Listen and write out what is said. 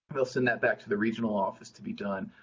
they'll send that back to the regional office to be done.